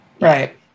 Right